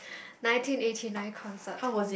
nineteen eighty nine concert